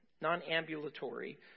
non-ambulatory